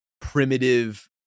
primitive